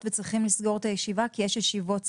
וצריכים לנעול את הישיבה כי יש ישיבות סיעות.